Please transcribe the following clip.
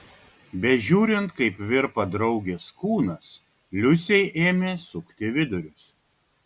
bežiūrint kaip virpa draugės kūnas liusei ėmė sukti vidurius